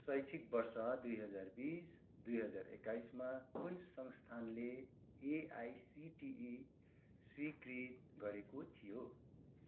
शैक्षिक वर्ष दुई हजार बिस दुई हजार एक्काइसमा कुन संस्थानले एआइसिटिई स्वीकृत गरेको थियो